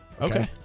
Okay